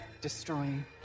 Destroying